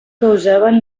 causaven